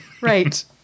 Right